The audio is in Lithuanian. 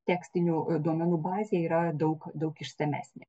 tekstinių duomenų bazė yra daug daug išsamesnė